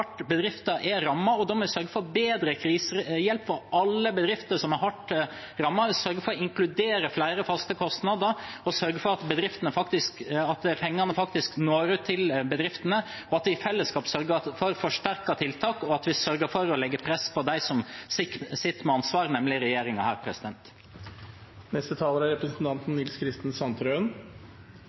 hardt bedrifter er rammet. Vi må sørge for bedre krisehjelp for alle bedrifter som er rammet, sørge for å inkludere flere faste kostnader, sørge for at pengene faktisk når ut til bedriftene, at vi i fellesskap sørger for forsterkede tiltak, og at vi sørger for å legge press på dem som sitter med ansvaret her, nemlig regjeringen. Representanten Nils Kristen Sandtrøen